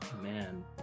Man